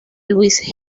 luis